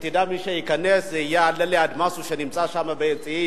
שידע שמי שייכנס הוא אדמסו אללי, שנמצא שם ביציע,